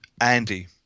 Andy